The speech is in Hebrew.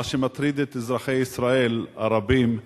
מה שמטריד את אזרחי ישראל הרבים,